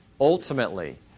Ultimately